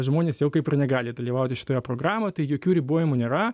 žmonės jau kaip ir negali dalyvauti šitoje programoje tai jokių ribojimų nėra